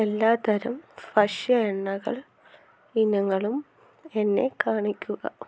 എല്ലാത്തരം ഭക്ഷ്യ എണ്ണകൾ ഇനങ്ങളും എന്നെ കാണിക്കുക